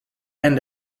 end